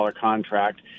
contract